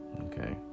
Okay